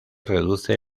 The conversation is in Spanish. reduce